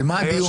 על מה הדיון?